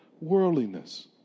worldliness